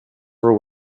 were